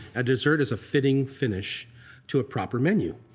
a dessert is a fitting finish to a proper menu.